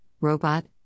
robot